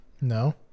No